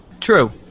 true